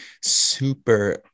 super